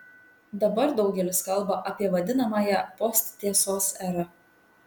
dabar daugelis kalba apie vadinamąją posttiesos erą